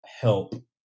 help